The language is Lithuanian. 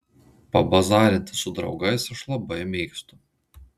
pabazarinti su draugais aš labai mėgstu